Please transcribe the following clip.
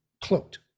cloaked